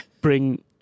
bring